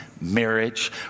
marriage